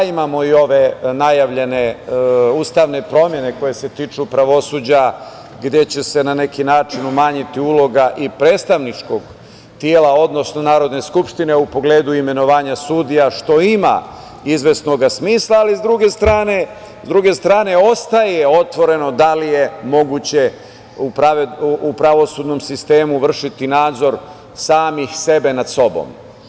Imamo i ove najavljene ustavne promene koje se tiču pravosuđa, gde će se na neki način umanjiti uloga i predstavničkog tela, odnosno Narodne skupštine u pogledu imenovanja sudija, što ima izvesnog smisla, ali s druge strane, ostaje otvoreno da li je moguće u pravosudnom sistemu vršiti nadzor samih sebe nad sobom.